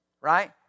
Right